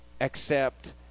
accept